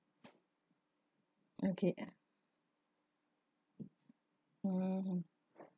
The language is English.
okay mmhmm